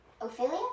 Ophelia